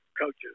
coaches